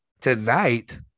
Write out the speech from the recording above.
tonight